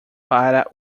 para